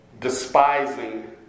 despising